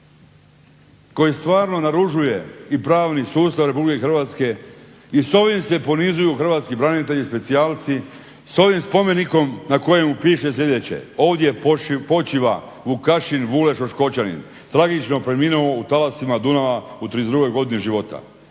koji stvarno naružuje i pravni sustav RH i s ovim se ponizuju hrvatski branitelji specijalci, s ovim spomenikom na kojem piše sljedeće: "Ovdje počiva Vukašin Vule Šoškočanin, tragično preminuo u talasima Dunava u 32. godini života,